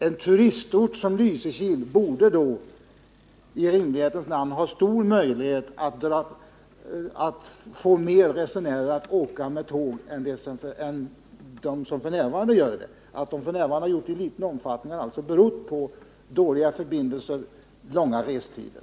En turistort som Lysekil borde då i rimlighetens namn ha stor möjlighet att få fler resenärer att åka med tåg än de som f. n. gör det. Att resenärer f. n. anlitar tåg i liten omfattning beror på dåliga förbindelser — långa restider.